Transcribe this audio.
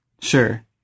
sure